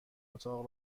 اتاق